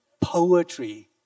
Poetry